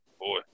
boy